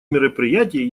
мероприятий